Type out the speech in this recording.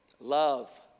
Love